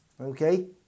Okay